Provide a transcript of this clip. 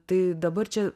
tai dabar čia